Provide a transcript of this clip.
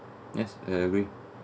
yes I agree